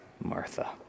Martha